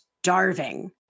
Starving